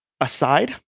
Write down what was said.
aside